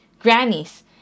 grannies